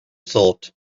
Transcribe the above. thought